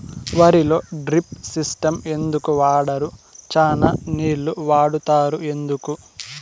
వరిలో drip system ఎందుకు వాడరు? చానా నీళ్లు వాడుతారు ఎందుకు?